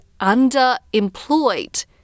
underemployed